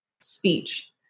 speech